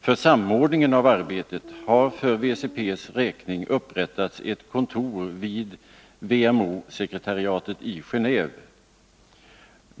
För samordningen av arbetet har för WCP:s räkning upprättats ett kontor vid WMO sekretariatet i Geneve.